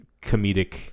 comedic